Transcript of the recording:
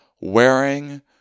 wearing